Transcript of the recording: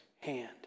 hand